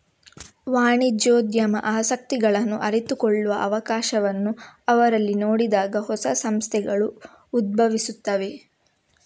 ವಾಣಿಜ್ಯೋದ್ಯಮ ಆಸಕ್ತಿಗಳನ್ನು ಅರಿತುಕೊಳ್ಳುವ ಅವಕಾಶವನ್ನು ಅವರಲ್ಲಿ ನೋಡಿದಾಗ ಹೊಸ ಸಂಸ್ಥೆಗಳು ಉದ್ಭವಿಸುತ್ತವೆ